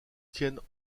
tiennent